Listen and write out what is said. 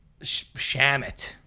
Shamit